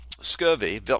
scurvy